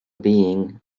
being